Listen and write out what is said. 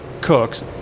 cooks